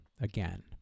again